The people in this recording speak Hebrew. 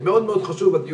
מאוד מאוד חשוב לטפל בו.